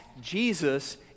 Jesus